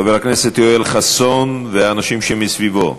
חבר הכנסת יואל חסון והאנשים שמסביבו,